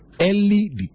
Early